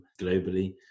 globally